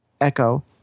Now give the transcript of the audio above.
echo